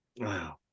Wow